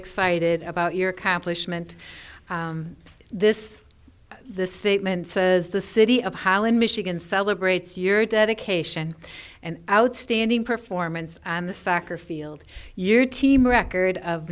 excited about your accomplishment this the sigmond says the city of holland michigan celebrates year dedication and outstanding performance on the soccer field year team record of